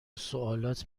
سوالات